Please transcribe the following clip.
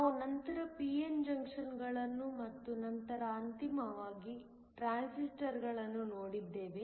ನಾವು ನಂತರ p n ಜಂಕ್ಷನ್ಗಳನ್ನು ಮತ್ತು ನಂತರ ಅಂತಿಮವಾಗಿ ಟ್ರಾನ್ಸಿಸ್ಟರ್ಗಳನ್ನು ನೋಡಿದ್ದೇವೆ